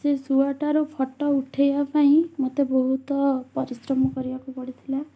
ସେଇ ଶୁଆଟାର ଫୋଟୋ ଉଠେଇବାପାଇଁ ମୋତେ ବହୁତ ପରିଶ୍ରମ କରିବାକୁ ପଡ଼ିଥିଲା